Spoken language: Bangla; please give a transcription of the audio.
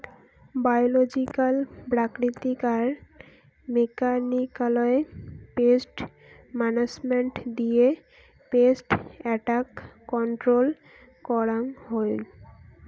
বায়লজিক্যাল প্রাকৃতিক আর মেকানিক্যালয় পেস্ট মানাজমেন্ট দিয়ে পেস্ট এট্যাক কন্ট্রল করাঙ হউ